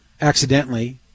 accidentally